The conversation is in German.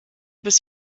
bis